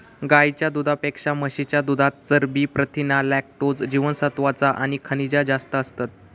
गाईच्या दुधापेक्षा म्हशीच्या दुधात चरबी, प्रथीना, लॅक्टोज, जीवनसत्त्वा आणि खनिजा जास्त असतत